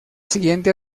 siguiente